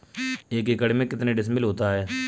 एक एकड़ में कितने डिसमिल होता है?